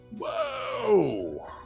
Whoa